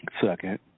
second